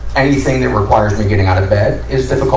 anything that requires me getting out of the bed is difficult